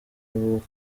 avuga